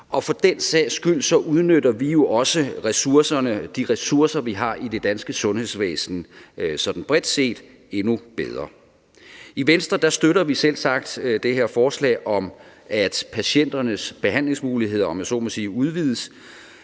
og for den sags skyld udnytter vi også ressourcerne, de ressourcer, vi har i det danske sundhedsvæsen sådan bredt set, endnu bedre. I Venstre støtter vi selvsagt det her forslag om, at patienternes behandlingsmuligheder, om jeg